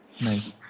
Nice